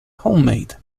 homemade